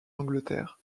angleterre